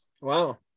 Wow